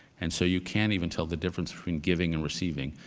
and so you can't even tell the difference between giving and receiving.